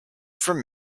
from